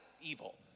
evil